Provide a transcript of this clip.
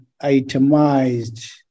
itemized